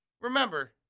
Remember